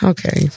Okay